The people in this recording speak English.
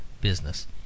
business